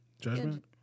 judgment